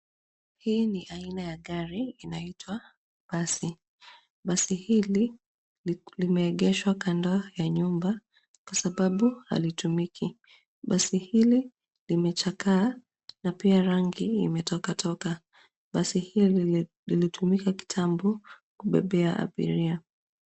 Hii ni aina ya gari inayoitwa basi. Basi hili limeegeshwa kando ya nyumba kwa sababu halitumiki. Basi hili limechakaa na pia rangi imetoka toka. Basi hili lilitumika kitambo kubebea abiria.